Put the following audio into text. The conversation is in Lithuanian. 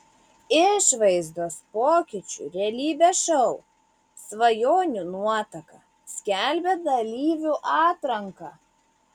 išvaizdos pokyčių realybės šou svajonių nuotaka skelbia dalyvių atranką